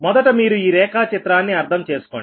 మొదట మీరు ఈ రేఖా చిత్రాన్ని అర్థం చేసుకోండి